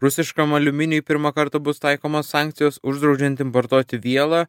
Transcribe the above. rusiškam aliuminiui pirmą kartą bus taikomos sankcijos uždraudžiant importuoti vielą